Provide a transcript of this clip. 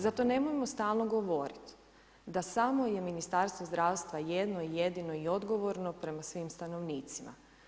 Zato nemojmo stalno govoriti da samo je Ministarstvo zdravstva jedno, jedino i odgovorno prema svim stanovnicima.